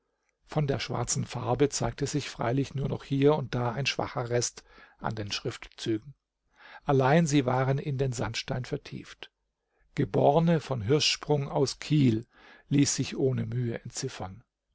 von der schwarzen farbe zeigte sich freilich nur noch hier und da ein schwacher rest an den schriftzügen allein sie waren in den sandstein vertieft geborne von hirschsprung aus kiel ließ sich ohne mühe entziffern